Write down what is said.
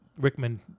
Rickman